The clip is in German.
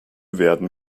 werden